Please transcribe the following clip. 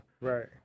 Right